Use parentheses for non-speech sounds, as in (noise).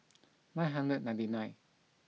(noise) nine hundred ninety nine